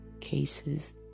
cases